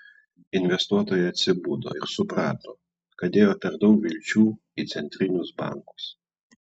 investuotojai atsibudo ir suprato kad dėjo per daug vilčių į centrinius bankus